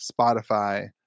Spotify